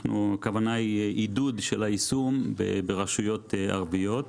הכוונה היא עידוד של היישום ברשויות ערביות.